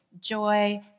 joy